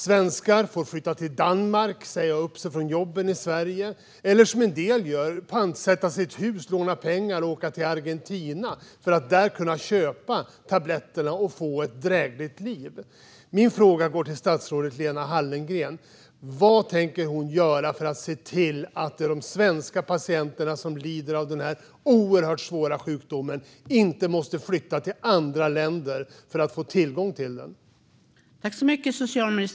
Svenskar får flytta till Danmark och säga upp sig från sina jobb i Sverige eller, som en del gör, pantsätta sitt hus, låna pengar och åka till Argentina för att där kunna köpa tabletterna och få ett drägligt liv. Min fråga går till statsrådet Lena Hallengren. Vad tänker hon göra för att se till att de svenska patienter som lider av denna oerhört svåra sjukdom inte måste flytta till andra länder för att få tillgång till läkemedlet?